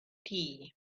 tea